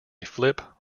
flip